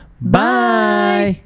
bye